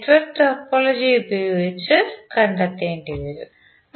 നിങ്ങൾ network topology ഉപയോഗിച്ച കണ്ടെത്തേണ്ടി വരും